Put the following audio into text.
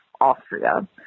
Austria